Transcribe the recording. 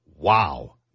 wow